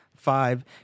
five